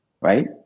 Right